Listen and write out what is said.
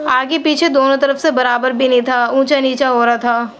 آگے پیچھے دونوں طرف سے برابر بھی نہیں تھا اونچا نیچا ہو رہا تھا